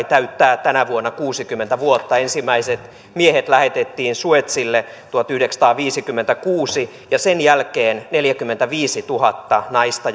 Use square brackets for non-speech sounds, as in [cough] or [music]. [unintelligible] täyttää tänä vuonna kuusikymmentä vuotta ensimmäiset miehet lähetettiin suezille tuhatyhdeksänsataaviisikymmentäkuusi ja sen jälkeen neljäkymmentäviisituhatta naista [unintelligible]